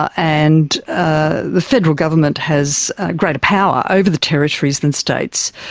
and ah the federal government has greater power over the territories than states.